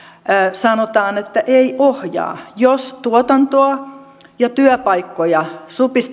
sanotaan että ei ohjaa jos tuotantoa ja työpaikkoja